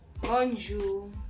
bonjour